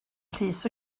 llys